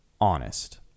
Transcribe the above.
honest